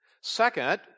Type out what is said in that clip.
Second